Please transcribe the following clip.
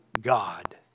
God